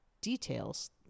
details